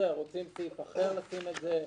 רוצים לשים את זה בסעיף אחר?